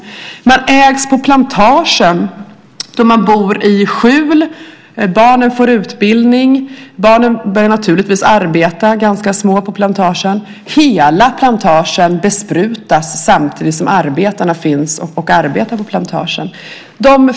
Man ägs också på plantagen, man bor i ett skjul, barnen får utbildning, och barnen börjar naturligtvis arbeta på plantagen när de är ganska små. Hela plantagen besprutas samtidigt som arbetarna finns och arbetar på plantagen.